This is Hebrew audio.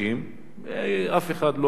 ואף אחד לא שמע,